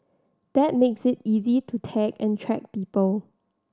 that makes it easy to tag and track people